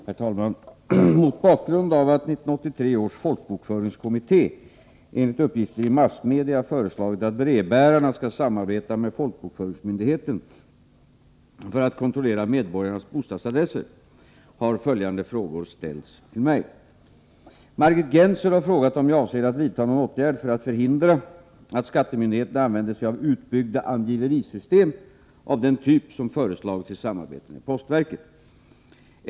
Herr talman! Mot bakgrund av att 1983 års folkbokföringskommitté enligt uppgifter i massmedia föreslagit att brevbärarna skall samarbeta med folkbokföringsmyndigheten för att kontrollera medborgarnas bostadsadresser har följande frågor ställts till mig. Margit Gennser har frågat om jag avser att vidta någon åtgärd för att förhindra att skattemyndigheterna använder sig av utbyggda angiverisystem av den typ som föreslagits i samarbete med postverket.